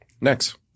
Next